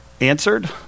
answered